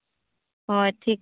ᱦᱳᱭ ᱴᱷᱤᱠ